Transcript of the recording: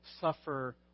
suffer